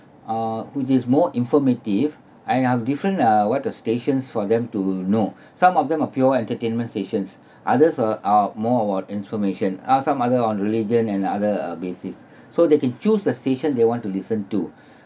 uh which is more informative and are different uh what the stations for them to know some of them are pure entertainment stations others a are more about information ah some other on religion and other uh basis so they can choose the station they want to listen to